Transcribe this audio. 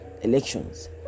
Elections